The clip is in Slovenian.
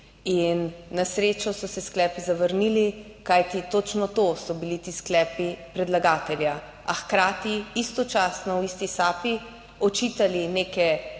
in na srečo so se sklepi zavrnili, kajti točno to so bili ti sklepi predlagatelja, a hkrati istočasno v isti sapi očitali neke